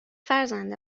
فرزند